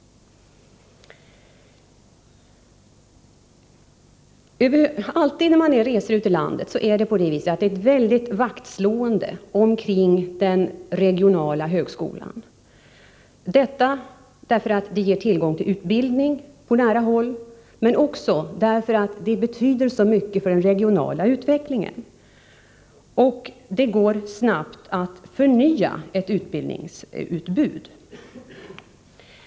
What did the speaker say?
Alltid när jag är ute och reser i landet finner jag att nästan alla slår vakt om den regionala högskolan — detta därför att denna högskola ger tillgång till utbildning på nära håll, men också därför att den betyder så mycket för den regionala utvecklingen. Det går även snabbt att här förnya ett utbildningsutbud.